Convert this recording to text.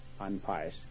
unpious